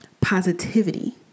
positivity